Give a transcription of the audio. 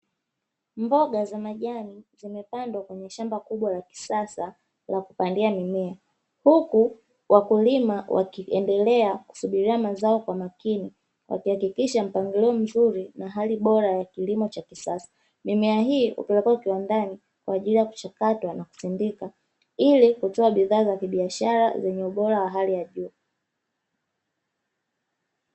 Mboza za majani zimepandwa kwenye shamba kubwa la kisasa la kupandia mimea, huku wakulima wakiendelea kusubiria mazao kwa makini wakihakikisha mpangilio mzuri na hali bora ya kilimo cha kisasa, mimea hii hupelekwa kiwandani kwa ajili ya kuchakatwa na kusindikwa ili kutoa bidhaa za kibiashara zenye ubora wa hali ya juu.